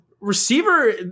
receiver